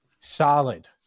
Solid